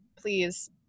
please